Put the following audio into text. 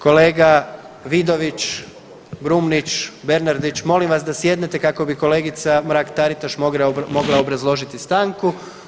Kolega Vidović, Brumnić, Bernardić, molim vas da sjednete kako bi kolegica Mrak-Taritaš mogla obrazložiti stanku.